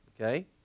okay